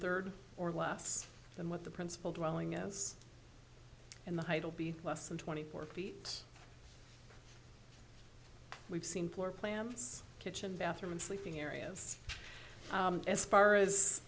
third or less than what the principal dwelling is in the title be less than twenty four feet we've seen floor plans kitchen bathroom and sleeping areas as far as